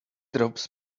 drops